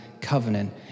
covenant